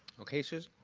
okay susan.